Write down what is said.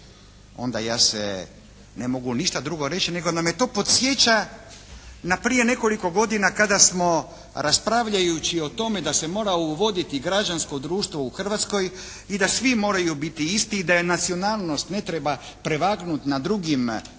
onda ja se ne mogu ništa drugo reći nego nam je to podsjeća na prije nekoliko godina kada smo raspravljajući o tome da se mora uvoditi građansko društvo u Hrvatskoj i da svi moraju biti isti i da je nacionalnost ne treba prevagnuti na drugim elementima